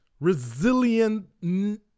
resilient